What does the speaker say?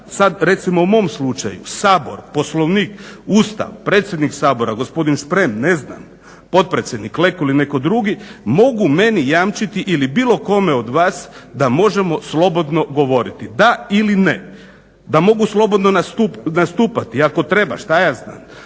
sad recimo u mom slučaju Sabor, Poslovnik, Ustav, predsjednik Sabora gospodin Šprem, potpredsjednik Leko ili netko drugi mogu meni jamčiti ili bilo kome od vas da možemo slobodno govoriti, da ili ne. Da mogu slobodno nastupati ako treba, vikati,